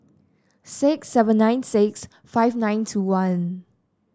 six seven nine six five nine two one